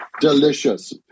Delicious